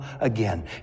again